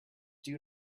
due